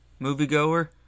moviegoer